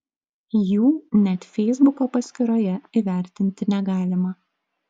jų net feisbuko paskyroje įvertinti negalima